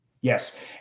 Yes